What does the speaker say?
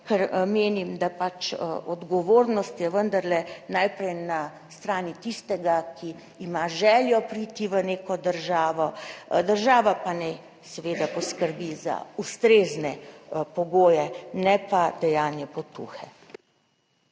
ker menim, da pač odgovornost je vendarle najprej na strani tistega, ki ima željo priti v neko državo, država pa naj seveda poskrbi za ustrezne pogoje, ne pa dajanje potuhe.